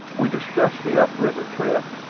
we discussed the up-river trip,